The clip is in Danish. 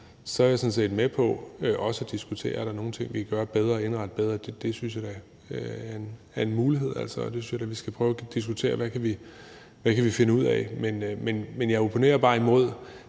set også med på at diskutere, om der er nogle ting, vi kan gøre bedre og indrette bedre. Det synes jeg da er en mulighed, og jeg synes, vi skal prøve at diskutere, hvad vi kan finde ud af. Men jeg opponerer bare imod